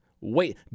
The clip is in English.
wait